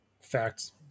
Facts